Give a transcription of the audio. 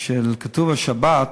שכתוב בו על שבת,